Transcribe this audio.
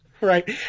Right